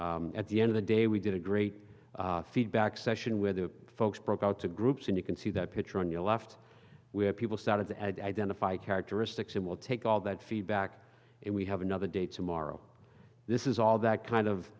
at the end of the day we did a great feedback session with the folks broke out to groups and you can see that picture on your left we have people started to add identify characteristics and we'll take all that feedback and we have another date tomorrow this is all that kind of